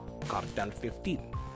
Cartel15